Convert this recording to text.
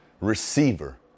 receiver